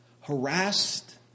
Harassed